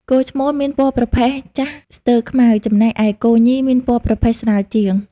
គោឈ្មោលមានពណ៌ប្រផេះចាស់ស្ទើរខ្មៅ ចំណែកឯគោញីមានពណ៌ប្រផេះស្រាលជាង។